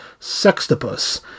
Sextopus